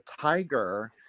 tiger